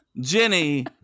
Jenny